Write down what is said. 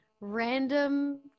random